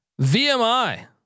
VMI